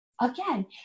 Again